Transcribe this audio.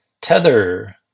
Tether